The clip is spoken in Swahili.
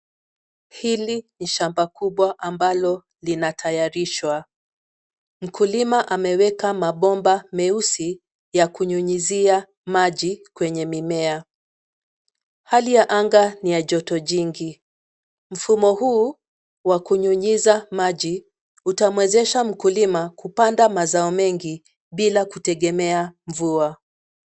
Hili ni shamba kubwa ambalo linatayarishwa. Mkulima ameweka mabomba meusi ya kunyunyizia maji kwenye mimea. Hali ya anga ni ya joto jingi. Mfumo huu wa kunyunyiza maji utamwezesha mkulima kupanda mazao mengi bila kutegemea mvua.